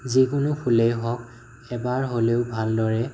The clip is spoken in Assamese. যিকোনো ফুলেই হওঁক এবাৰ হ'লেও ভালদৰে